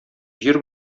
җир